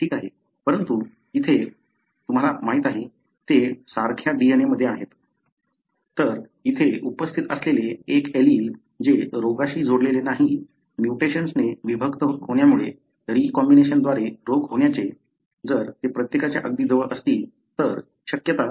परंतु तेथे तुम्हाला माहिती आहे ते सारख्या DNA मध्ये आहेत तर येथे उपस्थित असलेले एक एलील जे रोगाशी जोडलेले नाही म्यूटेशनने विभक्त होण्यामुळे रीकॉम्बिनेशनद्वारे रोग होण्याचे जर ते प्रत्येकाच्या अगदी जवळ असतील तर शक्यता कमी असते